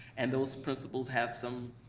and those principals have some.